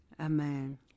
Amen